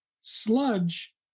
sludge